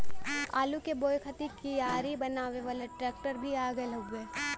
आलू के बोए खातिर कियारी बनावे वाला ट्रेक्टर भी आ गयल हउवे